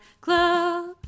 Club